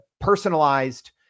personalized